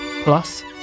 Plus